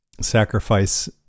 sacrifice